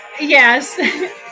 Yes